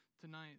tonight